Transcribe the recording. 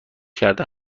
کرده